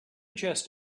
just